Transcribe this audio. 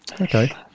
okay